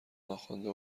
ناخوانده